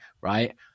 right